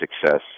success